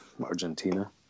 Argentina